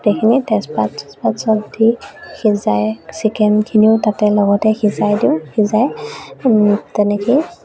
গোটেইখিনি তেজপাত চেজপাত চব দি সিজাই চিকেনখিনিও তাতে লগতে সিজাই দিওঁ সিজাই তেনেকেই